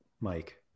mike